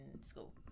school